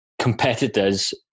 competitors